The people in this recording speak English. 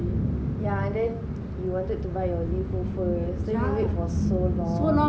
yeah and then you wanted to buy your le~ first then you wait for so long